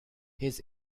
his